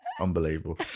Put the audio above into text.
unbelievable